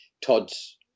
Todd's